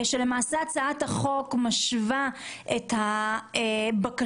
טיפול באלצהיימר ובהפרעות שונות,